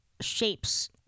shapes